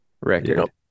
record